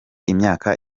imyaka